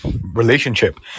relationship